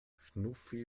schnuffi